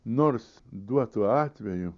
nors duotu atveju